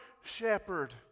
shepherd